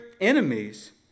enemies